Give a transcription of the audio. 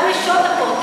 שגם "נשות הכותל",